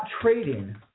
trading